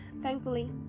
Thankfully